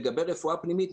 לגבי רפואה פנימית,